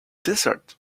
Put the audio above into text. desert